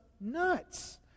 nuts